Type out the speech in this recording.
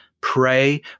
pray